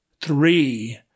Three